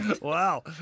Wow